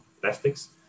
plastics